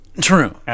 True